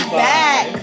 back